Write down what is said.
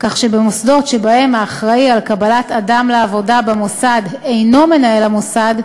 כך שבמוסדות שבהם האחראי לקבלת אדם לעבודה במוסד אינו מנהל המוסד,